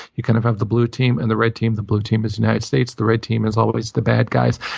you kind of have the blue team and the red team. the blue team is the united states. the red team is always the bad guys.